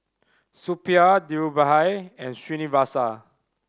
Suppiah Dhirubhai and Srinivasa